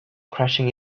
crashing